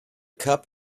cup